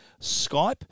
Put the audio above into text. Skype